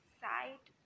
side